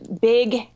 big